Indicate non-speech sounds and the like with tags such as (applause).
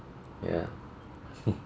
ya (laughs)